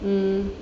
mm